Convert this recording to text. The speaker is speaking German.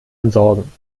entsorgen